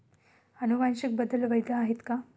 अनुवांशिक बदल वैध आहेत का?